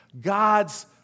God's